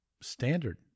standard